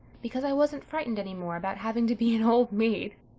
because i wasn't frightened any more about having to be an old maid.